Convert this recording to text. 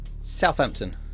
Southampton